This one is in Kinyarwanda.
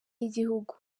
y’igihugu